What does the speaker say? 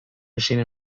machine